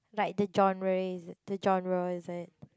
like the genre is it the genre is it